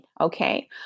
Okay